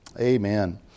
Amen